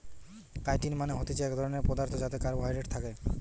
chitin মানে হতিছে এক ধরণের পদার্থ যাতে কার্বোহাইড্রেট থাকে